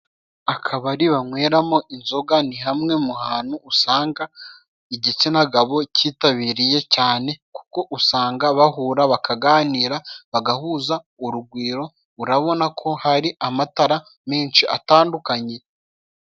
Akabari banyweramo inzoga ni hamwe mu hantu usanga igitsina gabo cyitabiriye cyane kuko usanga bahura bakaganira bagahuza urugwiro, urabona ko hari amatara menshi atandukanye.